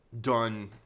done